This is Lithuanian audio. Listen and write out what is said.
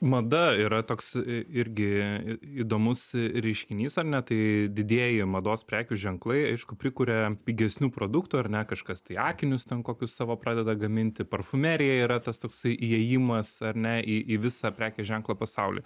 mada yra toks irgi įdomus reiškinys ar ne tai didieji mados prekių ženklai aišku prikuria pigesnių produktų ar ne kažkas tai akinius ten kokius savo pradeda gaminti parfumerija yra tas toksai įėjimas ar ne į į visą prekės ženklo pasaulį